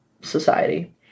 Society